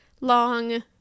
long